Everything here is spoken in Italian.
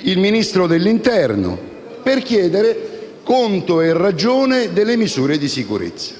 il Ministro dell'interno, per chiedere conto e ragione delle misure di sicurezza.